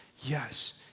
Yes